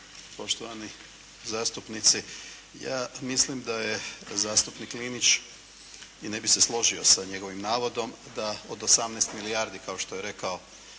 poštovani zastupnici! Ja mislim da je zastupnik Linić i ne bi se složio sa njegovim navodom da od 18 milijardi kao što je rekao